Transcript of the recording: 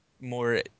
more